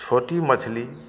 छोटी मछली